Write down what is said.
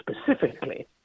specifically